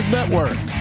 Network